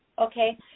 Okay